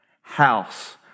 House